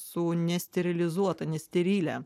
su nesterilizuota nesterilia